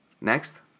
next